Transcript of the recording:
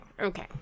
okay